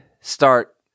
start